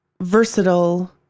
versatile